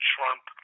Trump